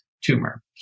tumor